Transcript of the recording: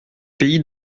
pays